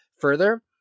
further